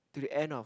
to the end of